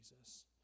Jesus